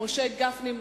משה גפני.